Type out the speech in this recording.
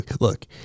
look